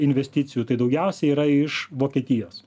investicijų tai daugiausiai yra iš vokietijos